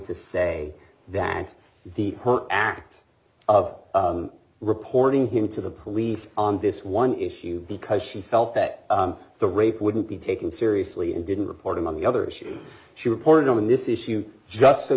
to say that the act of reporting him to the police on this one issue because she felt that the rape wouldn't be taken seriously and didn't report among other issues she reported on this issue just so